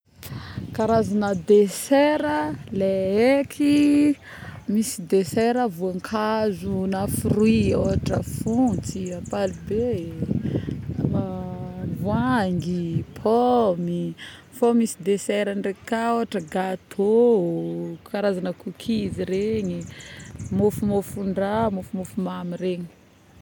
Karazagna desera le haiky misy desera voankazo na fruit yy ohatra fontsy ampalibe voahangy ,pomy fô misy desera ndraiky kaôtraka tô, karazagna coockies regny mofomofon-draha mofomofo mamy regny